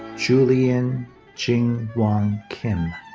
julian jin wan kim.